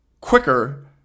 quicker